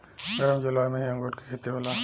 गरम जलवायु में ही अंगूर के खेती होला